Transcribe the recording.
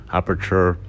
Aperture